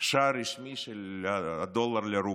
שער רשמי של הדולר ביחס לרובל.